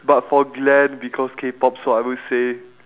but for glen because K-pop so I would say